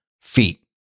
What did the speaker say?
feet